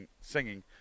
singing